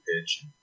pitch